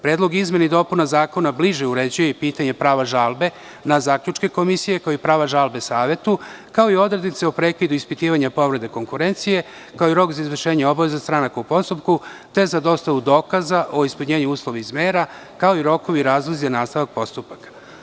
Predlog izmena i dopuna zakona bliže uređuje i pitanje prava žalbe na zaključke komisije, kao i prava žalbe savetu, kao i odrednice o prekidu ispitivanja povrede konkurencije, kao i rok za izvršenje obaveza stranaka u postupku, te za dostavu dokaza o ispunjenju uslova iz mera, kao i rokovi i razlozi za nastavak postupaka.